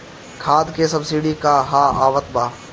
खाद के सबसिडी क हा आवत बा?